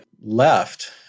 left